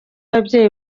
ababyeyi